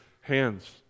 hands